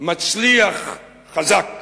מצליח, חזק.